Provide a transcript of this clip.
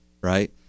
right